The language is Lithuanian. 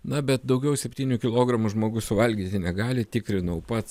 na bet daugiau septynių kilogramų žmogus suvalgyti negali tikrinau pats